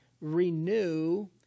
renew